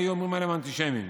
היו אומרים עליהם אנטישמים.